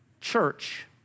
church